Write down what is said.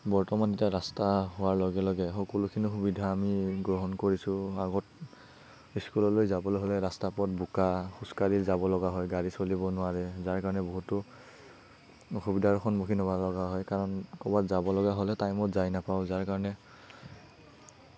বৰ্তমান এতিয়া ৰাস্তা হোৱাৰ লগে লগে সকলোখিনি সুবিধা আমি গ্ৰহণ কৰিছো আগত স্কুললৈ যাবলৈ হ'লে ৰাস্তা পথ বোকা খোজকাঢ়ি যাব লগা হয় গাড়ী চলিব নোৱাৰে যাৰ কাৰণে বহুতো অসুবিধাৰ সন্মুখীন হ'ব লগা হয় কাৰণ ক'ৰবাত যাব লগা হ'লে টাইমত যাই নেপাওঁ যাৰ কাৰণে